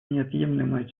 неотъемлемой